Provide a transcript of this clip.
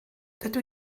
dydw